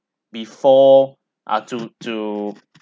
before ah to to